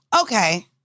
Okay